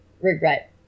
regret